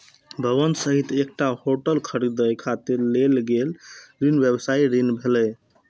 भवन सहित एकटा होटल खरीदै खातिर लेल गेल ऋण व्यवसायी ऋण भेलै